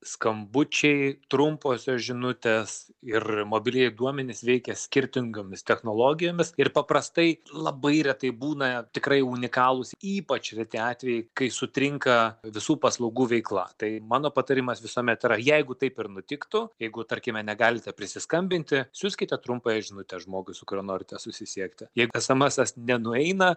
skambučiai trumposios žinutės ir mobilieji duomenys veikia skirtingomis technologijomis ir paprastai labai retai būna tikrai unikalūs ypač reti atvejai kai sutrinka visų paslaugų veikla tai mano patarimas visuomet yra jeigu taip ir nutiktų jeigu tarkime negalite prisiskambinti siųskite trumpąją žinutę žmogui su kuriuo norite susisiekti jei esemesas nenueina